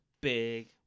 big